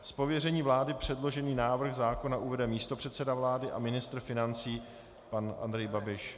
Z pověření vlády předložený návrh zákona uvede místopředseda vlády a ministr financí pan Andrej Babiš.